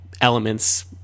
elements